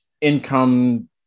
income